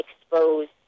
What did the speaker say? exposed